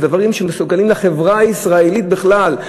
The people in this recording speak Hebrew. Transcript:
אלה דברים מסוכנים לחברה הישראלית בכלל.